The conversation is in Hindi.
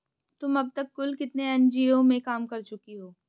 तुम अब तक कुल कितने एन.जी.ओ में काम कर चुकी हो?